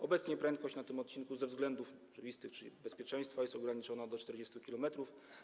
Obecnie prędkość na tym odcinku ze względów oczywistych, czyli bezpieczeństwa, jest ograniczona do 40 km.